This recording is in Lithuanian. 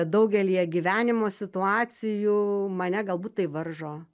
daugelyje gyvenimo situacijų mane galbūt tai varžo